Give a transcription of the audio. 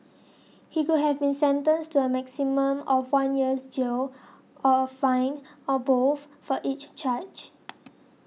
he could have been sentenced to a maximum of one year's jail or a fine or both for each charge